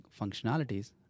functionalities